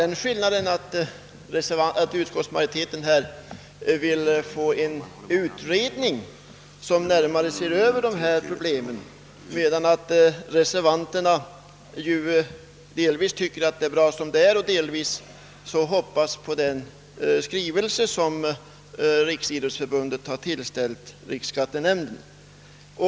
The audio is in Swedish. Den skillnaden föreligger i varje fall att utskottsmajoriteten vill ha en utredning som närmare ser över dessa problem, medan reservanterna delvis tycker att det är bra som det är och delvis hoppas på den skrivelse som Riksidrottsförbundet har tillställt riksskattenämnden.